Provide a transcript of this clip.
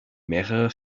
mehrere